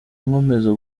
nkomeza